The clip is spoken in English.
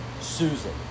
Susan